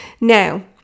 Now